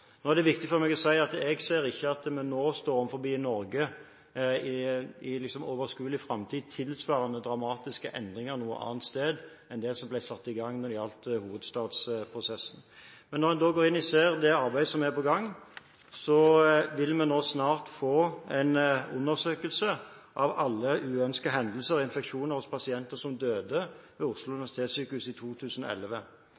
er viktig for meg å si at jeg ikke ser at vi noe annet sted i Norge i overskuelig framtid vil stå overfor dramatiske endringer tilsvarende det som ble satt i gang når det gjaldt hovedstadsprosessen. Til det at en går inn og ser på det arbeidet som er på gang: Vi vil snart få en undersøkelse av alle uønskede hendelser og infeksjoner hos pasienter som døde på Oslo